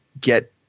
get